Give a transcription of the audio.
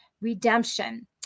redemption